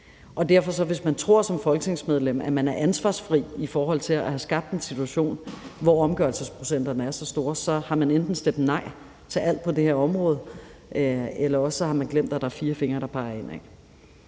og derfor, hvis man som folketingsmedlem tror, at man er ansvarsfri i forhold til at have skabt en situation, hvor omgørelsesprocenterne er så store, har man enten stemt nej til alt på det her område, eller også har man glemt, at der er fire fingre, der peger indad.